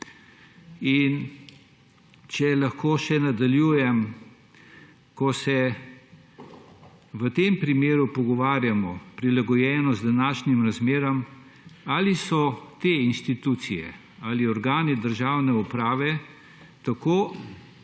In če lahko še nadaljujem. Ko se v tem primeru pogovarjamo, prilagojeno z današnjimi razmerami, ali so te institucije ali organi državne uprave tako